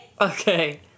Okay